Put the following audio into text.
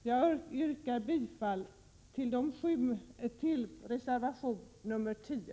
Jag yrkar bifall till reservation nr 10.